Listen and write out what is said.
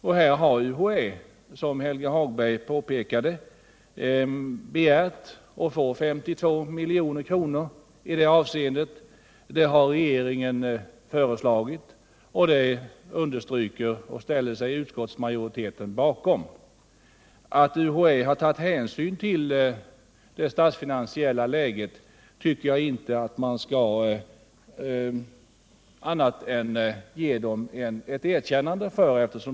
UHÄ har, som Helge Hagberg påpekade, begärt att få 52 milj.kr. Det har regeringen föreslagit och det ställer sig utskottsmajoriteten bakom. Jag vill ge UHÄ ett erkännande för att man har tagit hänsyn till det statsfinansiella läget.